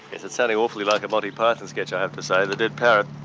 it's sounding awfully like a monty python sketch i have to say the dead parrot.